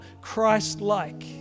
Christ-like